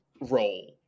role